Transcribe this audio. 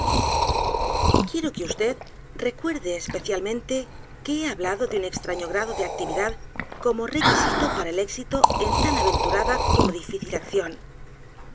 quiero que vd recuerde especialmente que he hablado de un extraño grado de actividad como requisito para el éxito en tan aventurada como difícil acción